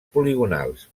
poligonals